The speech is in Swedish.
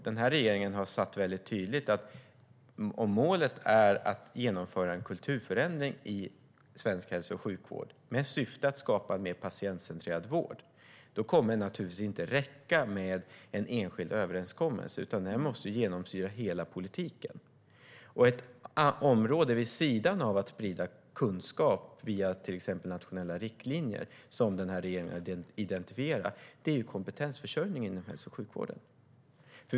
Den här regeringen har mycket tydligt sagt att om målet är att genomföra en kulturförändring i svensk hälso och sjukvård, med syfte att skapa en mer patientcentrerad vård, då kommer det naturligtvis inte att räcka med en enskild överenskommelse, utan detta måste genomsyra hela politiken. Ett område som den här regeringen har identifierat vid sidan om att sprida kunskap via till exempel nationella riktlinjer är kompetensförsörjningen inom hälso och sjukvården.